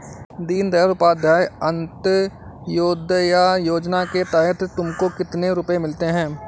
दीन दयाल उपाध्याय अंत्योदया योजना के तहत तुमको कितने रुपये मिलते हैं